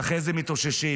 שאחרי זה מתאוששים.